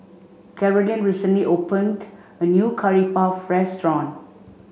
Carolyne recently opened a new Curry Puff restaurant